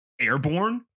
Airborne